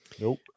Nope